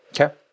Okay